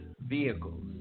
vehicles